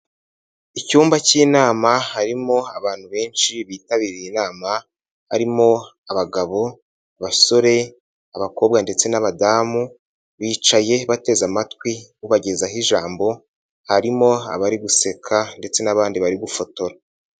Icyumba cy'inama harimo abantu benshi bitabiriye inama, harimo abagabo, basore, abakobwa ndetse n'abadamu, bicaye bateze amatwi ubagezaho ijambo, harimo abari guseka, ndetse n'bandi bari gufotora.